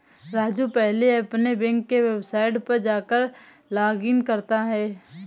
राजू पहले अपने बैंक के वेबसाइट पर जाकर लॉगइन करता है